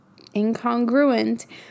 incongruent